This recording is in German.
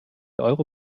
euro